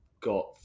got